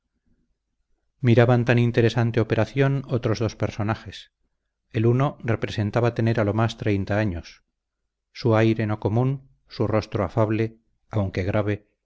miraban tan interesante operación otros dos personajes el uno representaba tener a lo más treinta años su aire no común su rostro afable aunque grave